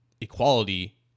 equality